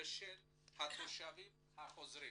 ושל התושבים החוזרים.